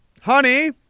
Honey